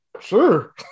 sure